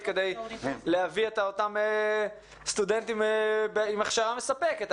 כדי להביא את אותם סטודנטים עם הכשרה מספקת,